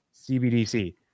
CBDC